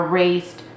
raised